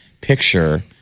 picture